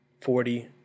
forty